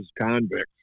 convicts